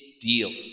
deal